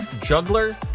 juggler